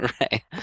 right